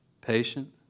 Patient